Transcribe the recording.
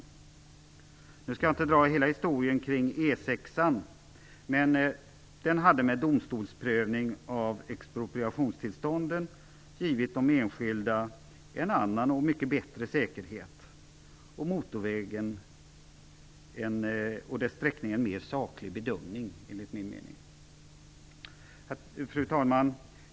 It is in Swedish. Jag skall inte dra hela historien kring E 6:an. Men med en domstolsprövning av expropriationstillstånden skulle de enskilda ha fått en annan och mycket bättre säkerhet, och motorvägen och dess sträckning skulle ha fått en mera saklig bedömning enligt min mening. Fru talman!